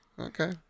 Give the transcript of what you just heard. Okay